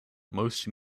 most